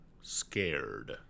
scared